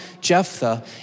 Jephthah